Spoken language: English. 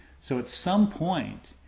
so at some point,